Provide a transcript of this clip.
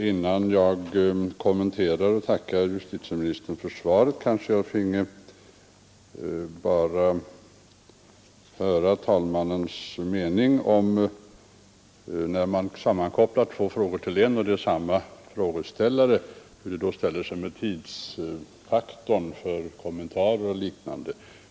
Herr talman! Innan jag tackar justitieministern för svaret och kommenterar det, kanske jag får efterhöra talmannens mening om hur det ställer sig med tidsfaktorn för kommentarer när man sammankopplar två frågor till en och det är samma frågeställare.